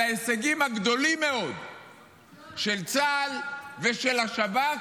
על ההישגים הגדולים מאוד של צה"ל ושל השב"כ,